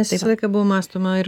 nes visą laiką buvo mąstoma ir